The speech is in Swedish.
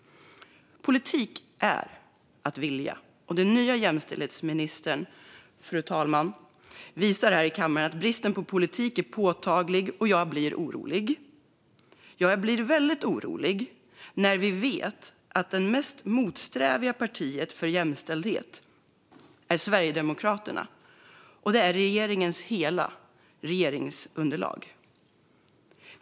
Politik är att vilja, och den nya jämställdhetsministern, fru talman, visar här i kammaren att bristen på politik är påtaglig. Jag blir väldigt orolig, eftersom vi vet att det mest motsträviga partiet när det gäller jämställhet är Sverigedemokraterna, och det är regeringens hela regeringsunderlag.